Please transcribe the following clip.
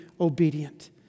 obedient